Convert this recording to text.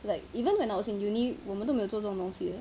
like even when I was in uni 我们都没有做这种东西的